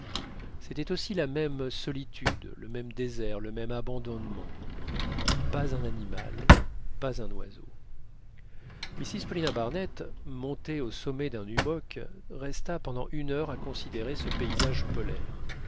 c'était aussi la même solitude le même désert le même abandonnement pas un animal pas un oiseau mrs paulina barnett montée au sommet d'un hummock resta pendant une heure à considérer ce paysage polaire